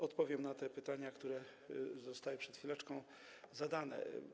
Odpowiem na te pytania, które zostały przed chwileczką zadane.